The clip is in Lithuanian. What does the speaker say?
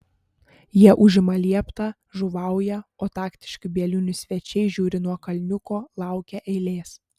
jie užima lieptą žuvauja o taktiški bielinių svečiai žiūri nuo kalniuko laukia eilės